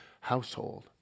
household